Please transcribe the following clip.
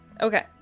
Okay